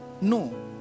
no